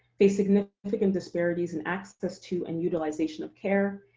face significant disparities in access to, and utilization of care,